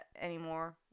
anymore